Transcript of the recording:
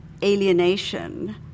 alienation